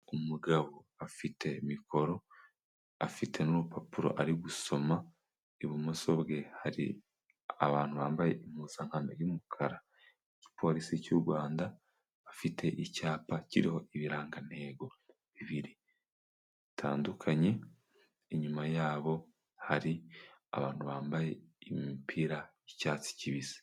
Umugabo afite mikoro afite n'urupapuro ari gusoma, ibumoso bwe hari abantu bambaye impuzankano y'umukara igipolisi cy'u Rwanda, afite icyapa kiriho ibirangantego bibiri bitandukanye, inyuma yabo hari abantu bambaye imipira y'icyatsi kibisi.